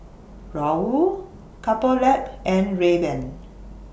Raoul Couple Lab and Rayban